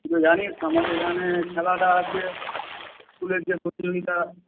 তুই তো জানিস আমাদের এখানে খেলাটা আছে স্কুলের যে প্রতিযোগিতা